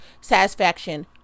satisfaction